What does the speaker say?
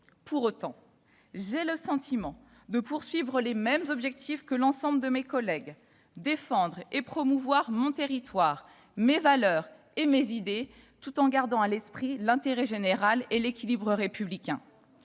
Pour autant, j'ai le sentiment de poursuivre les mêmes objectifs que l'ensemble de mes collègues : défendre et promouvoir mon territoire, mes valeurs et mes idées, tout en gardant à l'esprit l'intérêt général et l'équilibre républicain.